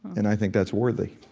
and i think that's worthy